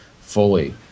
fully